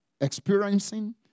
experiencing